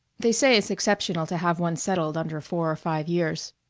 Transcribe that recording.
they say it's exceptional to have one settled under four or five years.